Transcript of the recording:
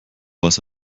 was